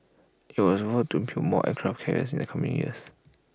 IT was vowed to build more aircraft carriers in the coming years